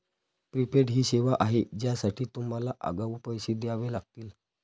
prepaid ही सेवा आहे ज्यासाठी तुम्हाला आगाऊ पैसे द्यावे लागतील